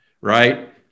Right